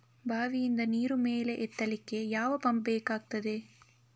ಬಾವಿಯಿಂದ ನೀರು ಮೇಲೆ ಎತ್ತಲಿಕ್ಕೆ ಯಾವ ಪಂಪ್ ಬೇಕಗ್ತಾದೆ?